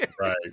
Right